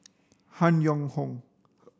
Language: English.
Han Yong Hong